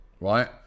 right